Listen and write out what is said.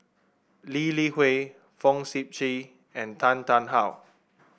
Lee Li Hui Fong Sip Chee and Tan Tarn How